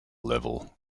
level